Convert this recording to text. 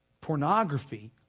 pornography